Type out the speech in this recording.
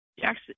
Jackson